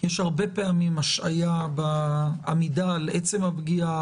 יש הרבה פעמים השהיה בעמידה על עצם הפגיעה,